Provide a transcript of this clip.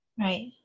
right